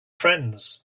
friends